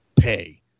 pay